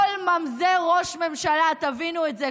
כל ממזר ראש ממשלה, תבינו את זה.